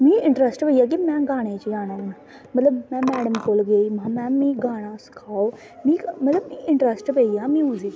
मीं इंट्रस्ट पेईया कि में गाने गाना में मतलव में मैड़म कोल गेई महां मैड़म मिगी गाना सखाओ मतलव मिगी इट्रस्ट पेईया म्यूजिक बिच्च